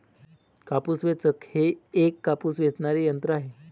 कापूस वेचक हे एक कापूस वेचणारे यंत्र आहे